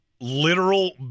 literal